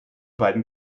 beiden